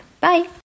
bye